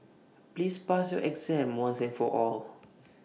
please pass your exam once and for all